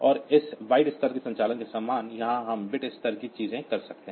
और उस बाइट स्तर के संचालन के समान यहां हम बिट स्तर की चीजें कर सकते हैं